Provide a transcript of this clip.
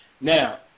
Now